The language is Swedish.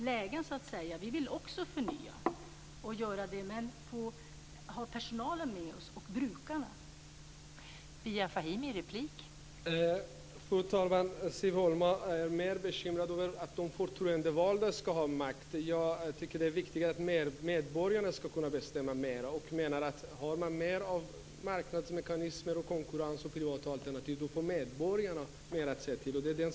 Också vi vill förnya, men vi vill ha personalen och brukarna med oss.